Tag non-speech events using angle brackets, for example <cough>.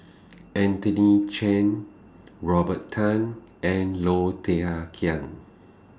<noise> Anthony Chen Robert Tan and Low Thia Khiang